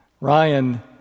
Ryan